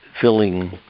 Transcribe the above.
filling